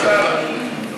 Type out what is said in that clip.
זה דבר מבורך.